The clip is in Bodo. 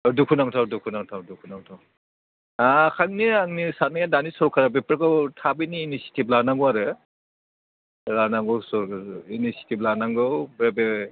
दुखुनांथाव दुखुनांथाव दुखुनांथाव दा खालि आंनि साननाय दानि सरखारआ बेफोरखौ थाबैनो इनिसिटिभ लानांगौ आरो लानांगौ सरखार इनिसिटिभ लानांगौ बे